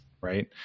right